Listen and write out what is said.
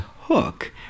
Hook